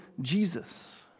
Jesus